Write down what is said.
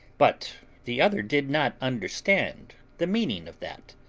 but the other did not understand the meaning of that.